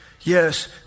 Yes